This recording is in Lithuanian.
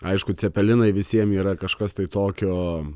aišku cepelinai visiem yra kažkas tai tokio